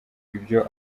ibyo